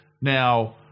Now